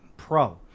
Pro